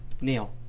Neil